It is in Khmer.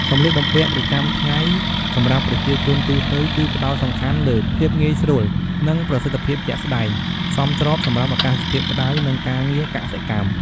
សម្លៀកបំពាក់ប្រចាំថ្ងៃសម្រាប់ប្រជាជនទូទៅគឺផ្តោតសំខាន់លើ ភាពងាយស្រួល និង ប្រសិទ្ធភាពជាក់ស្តែង សមស្របសម្រាប់អាកាសធាតុក្តៅ និងការងារកសិកម្ម។